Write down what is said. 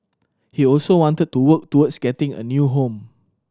he also wanted to work towards getting a new home